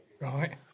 Right